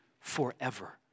forever